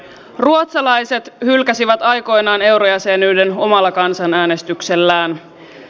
ruotsalaiset hylkäsivät aikoinaan eurojäsenyyden omalla kansanäänestyksellään